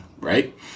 right